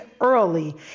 early